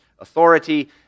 authority